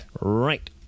Right